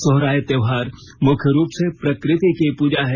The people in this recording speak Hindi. सोहराय त्योहार मुख्य रूप से प्रकृति की पूजा है